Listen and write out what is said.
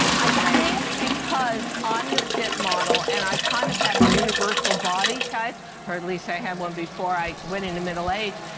i i think because i am the fit model and i kind of have a universal body type or at least i had one before i went into middle-agedd,